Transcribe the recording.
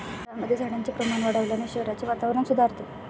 शहरांमध्ये झाडांचे प्रमाण वाढवल्याने शहराचे वातावरण सुधारते